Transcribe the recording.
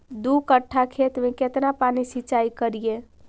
दू कट्ठा खेत में केतना पानी सीचाई करिए?